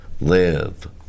live